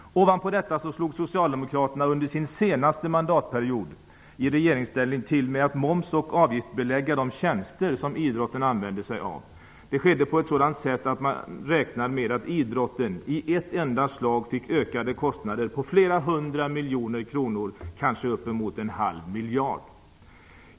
Ovanpå detta slog Socialdemokraterna under sin senaste mandatperiod i regeringsställning till med att moms och avgiftsbelägga de tjänster som idrotten använder sig av. Det skedde på ett sådant sätt att man räknar med att idrotten i ett enda slag fick ökade kostnader på flera hundra miljoner kronor -- kanske upp till en halv miljard.